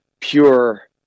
pure